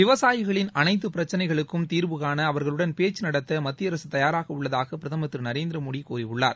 விவசாயிகளின் அனைத்து பிரச்னைகளுக்கும் தீர்வு காண அவர்களுடன் பேச்சு நடத்த மத்திய அரசு தயாராக உள்ளதாக பிரதமர் திரு நரேந்திர மோடி கூறியுள்ளார்